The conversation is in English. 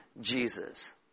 Jesus